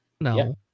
no